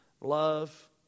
love